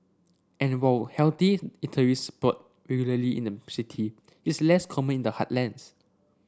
and while healthy eateries sprout regularly in the city it's less common in the heartlands